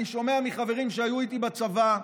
אני שומע מחברים שהיו איתי בצבא,